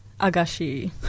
Agashi